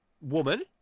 woman